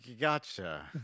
Gotcha